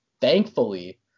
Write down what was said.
thankfully